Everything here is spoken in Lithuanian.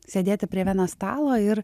sėdėti prie vieno stalo ir